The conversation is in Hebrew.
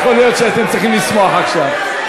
יכול להיות שהייתם צריכים לשמוח עכשיו.